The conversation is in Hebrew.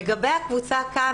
לגבי הקבוצה כאן,